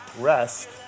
rest